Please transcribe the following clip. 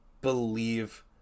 believe